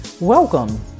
Welcome